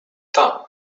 tam